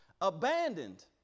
abandoned